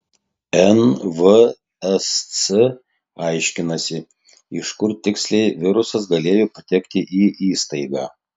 nvsc aiškinasi iš kur tiksliai virusas galėjo patekti į įstaigą